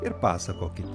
ir pasakokit